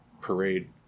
Parade